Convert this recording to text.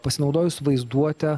pasinaudojus vaizduote